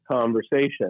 conversation